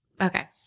Okay